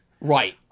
Right